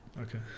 okay